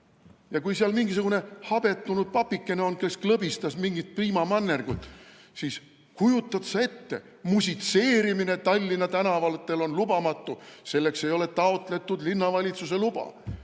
Ja kui seal on mingisugune habetunud papike, kes klõbistab mingit piimamannergut, siis kujutad sa ette: musitseerimine Tallinna tänavatel on lubamatu, selleks ei ole taotletud linnavalitsuse luba. Kas